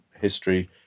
history